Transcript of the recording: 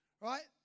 right